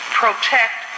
protect